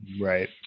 Right